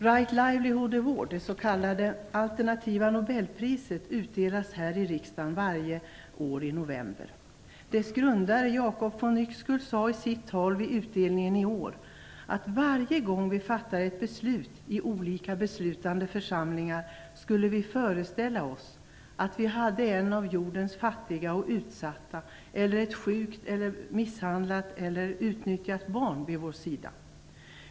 Right Livelihood Award, det s.k. alternativa Nobelpriset, utdelas här i riksdagen varje år i november. Dess grundare Jacob von Yxkull sade i sitt tal vid utdelningen av priset nu senast att varje gång vi fattar ett beslut i olika beslutande församlingar borde vi föreställa oss att vi hade en av jordens fattiga och utsatta eller ett sjukt eller misshandlat eller utnyttjat barn vid vår sida.